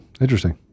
Interesting